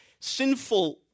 sinful